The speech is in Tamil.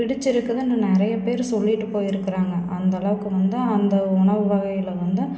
பிடித்திருக்குதுன்னு நிறையப் பேர் சொல்லிட்டு போயிருக்கறாங்க அந்தளவுக்கு வந்து அந்த உணவு வகைகளை வந்து